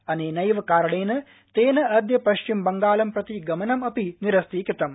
अनेनैव कारणेन तेन अद्य पश्चिम बंगालं प्रति गमनमपि निरस्तीकृतम्